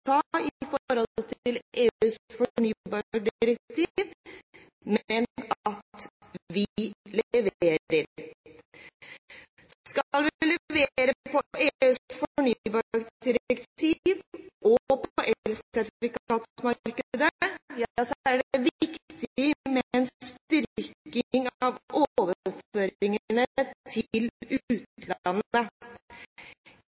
det gjelder EUs fornybardirektiv, men at vi leverer. Skal vi levere i forbindelse med EUs fornybardirektiv og på elsertifikatmarkedet, er det viktig med en styrking av overføringene til utlandet. Vi må håndtere mer kraft. Norge og